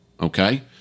okay